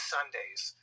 Sundays